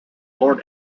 lord